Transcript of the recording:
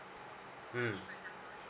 mm